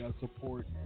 Support